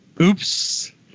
Oops